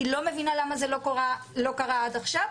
אני לא מבינה למה זה קרה עד עכשיו,